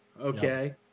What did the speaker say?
okay